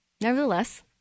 nevertheless